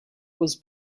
was